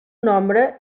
nombre